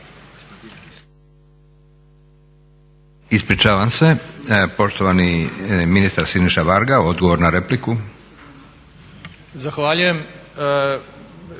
Josip (SDP)** Poštovani ministar Siniša Varga, odgovor na repliku.